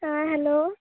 हँ हेलो